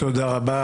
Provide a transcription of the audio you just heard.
תודה רבה,